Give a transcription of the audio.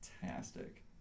fantastic